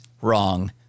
wrong